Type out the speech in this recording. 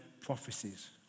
prophecies